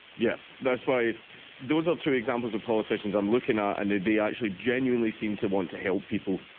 yeah, that's why there was up two examples of politicians i'm looking at and did they actually jen you and they seem to want to help people?